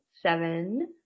seven